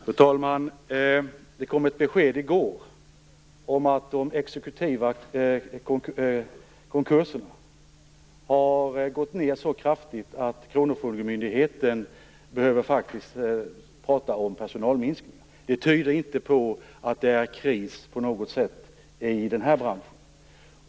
Fru talman! Det kom ett besked i går om att de exekutiva konkurserna har gått ned så kraftigt att kronofogdemyndigheten faktiskt pratar om personalminskningar. Det tyder inte på att det på något sätt är kris i den här branschen.